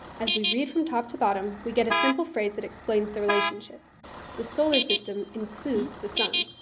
as we read from top to bottom, we get a simple phrase that explains the relationship the solar system includes the sun.